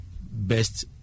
best